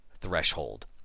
threshold